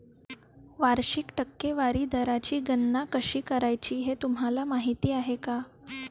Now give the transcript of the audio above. वार्षिक टक्केवारी दराची गणना कशी करायची हे तुम्हाला माहिती आहे का?